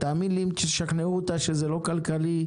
תאמין לי שאם תשכנעו אותה שזה לא כלכלי,